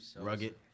Rugged